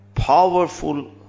Powerful